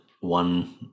one